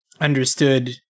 understood